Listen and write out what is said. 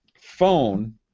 phone